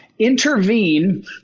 intervene